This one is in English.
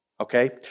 okay